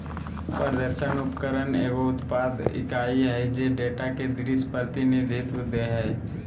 प्रदर्शन उपकरण एगो उत्पादन इकाई हइ जे डेटा के दृश्य प्रतिनिधित्व दे हइ